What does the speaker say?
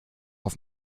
auf